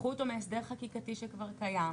לא תמצא הרבה ותעבור עליו שמית ותראה.